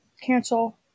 cancel